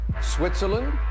switzerland